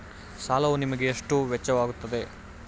ಸಾಲವು ನಿಮಗೆ ಎಷ್ಟು ವೆಚ್ಚವಾಗುತ್ತದೆ?